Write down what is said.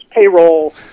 payroll